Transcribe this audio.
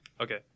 Okay